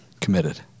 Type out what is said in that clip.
committed